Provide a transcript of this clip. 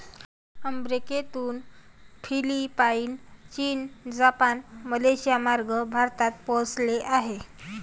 अमेरिकेतून फिलिपाईन, चीन, जपान, मलेशियामार्गे भारतात पोहोचले आहे